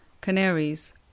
Canaries